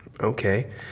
Okay